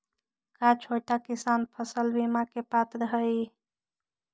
का छोटा किसान फसल बीमा के पात्र हई?